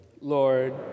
Lord